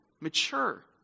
mature